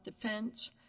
Defense